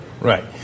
Right